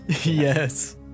yes